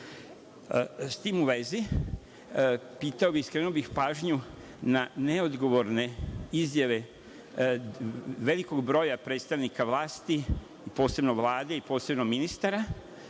tim u vezi, pitao bih, skrenuo bih pažnju na neodgovorne izjave velikog broja predstavnika vlasti, posebno Vlade, posebno ministra,